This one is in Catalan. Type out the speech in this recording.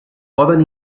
poden